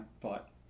thought